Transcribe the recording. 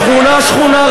שכונה-שכונה,